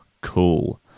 cool